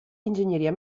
ingegneria